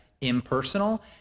impersonal